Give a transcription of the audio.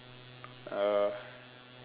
uh